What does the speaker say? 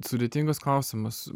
sudėtingas klausimas